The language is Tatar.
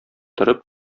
торып